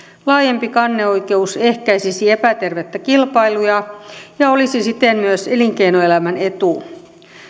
laajempi kanneoikeus ehkäisisi epätervettä kilpailua ja olisi siten myös elinkeinoelämän etu